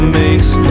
makes